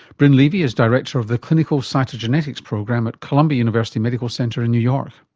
brynn levy is director of the clinical cytogenetics program at columbia university medical center in new york.